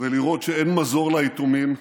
ולראות שאין מזור ליתומים,